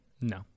No